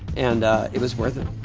and it was worth it.